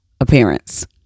appearance